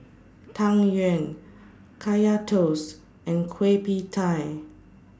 Tang Yuen Kaya Toast and Kueh PIE Tie